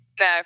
No